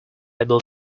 able